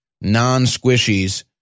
non-squishies